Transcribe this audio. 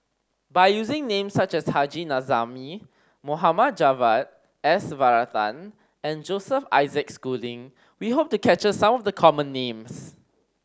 by using names such as Haji Namazie Mohd Javad S Varathan and Joseph Isaac Schooling we hope to capture some of the common names